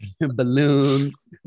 balloons